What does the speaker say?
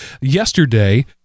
yesterday